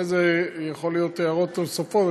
אחרי זה יכולות להיות הערות נוספות,